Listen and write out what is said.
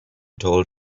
told